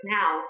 now